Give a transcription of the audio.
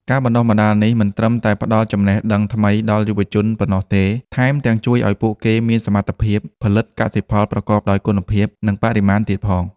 ការបណ្តុះបណ្តាលនេះមិនត្រឹមតែផ្តល់ចំណេះដឹងថ្មីដល់យុវជនប៉ុណ្ណោះទេ ថែមទាំងជួយឱ្យពួកគេមានសមត្ថភាពផលិតកសិផលប្រកបដោយគុណភាពនិងបរិមាណទៀតផង។